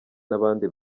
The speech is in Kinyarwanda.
n’abandi